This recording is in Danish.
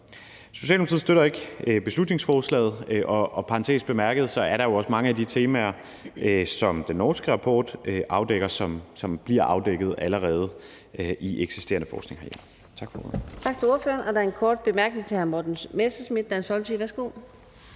Socialdemokratiet støtter ikke beslutningsforslaget, og i parentes bemærket er der jo også mange af de temaer, som den norske rapport afdækker, som allerede bliver afdækket i eksisterende forskningsmiljøer. Tak for ordet.